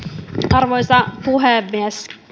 arvoisa puhemies